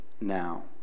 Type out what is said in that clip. now